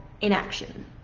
inaction